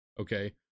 okay